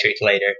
later